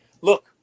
look